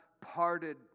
parted